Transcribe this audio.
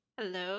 Hello